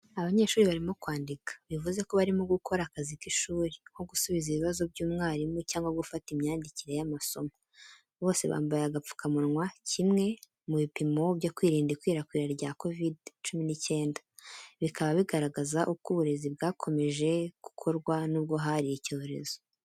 Abanyeshuri barimo kwandika, bivuze ko barimo gukora akazi cy’ishuri, nko gusubiza ibibazo by’umwarimu cyangwa gufata imyandikire y’amasomo. Bose bambaye agapfukamunwa kimwe mu bipimo byo kwirinda ikwirakwira rya COVID-19, bikaba bigaragaza uko uburezi bwakomeje gukorwa nubwo hari icyorezo.